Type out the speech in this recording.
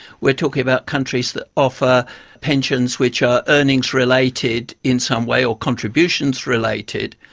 we're talking about countries that offer pensions which are earnings related in some way or contributions related,